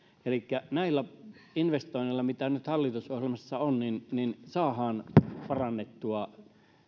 elikkä näillä investoinneilla mitä nyt hallitusohjelmassa on saadaan parannettua